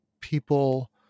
people